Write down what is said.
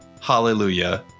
Hallelujah